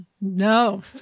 No